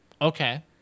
Okay